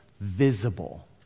visible